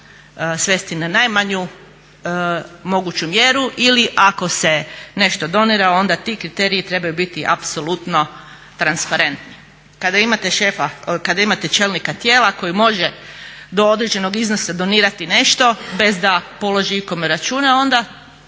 svesti na najmanju moguću mjeru ili ako se nešto donira onda ti kriteriji trebaju biti apsolutno transparentni. Kada imate čelnika tijela koji može do određenog iznosa donirati nešto bez da položi ikome račune onda